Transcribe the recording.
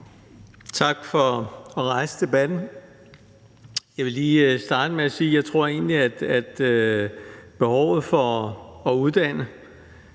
tak for at rejse debatten. Jeg vil lige starte med at sige, at jeg egentlig tror, at behovet for at uddanne